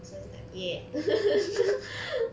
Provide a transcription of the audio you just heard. so its like ya